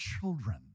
children